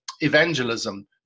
Evangelism